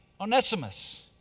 Onesimus